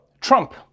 Trump